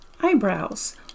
eyebrows